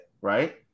right